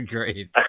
Great